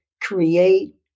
create